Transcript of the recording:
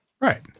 right